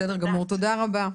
בסדר גמור, תודה רבה.